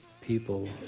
people